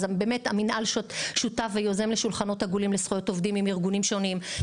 המנהל שותף ויוזם שולחנות עגולים לנושא זכויות עובדים עם ארגונים שונים,